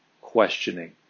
questioning